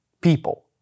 people